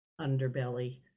underbelly